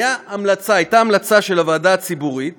הייתה המלצה של הוועדה הציבורית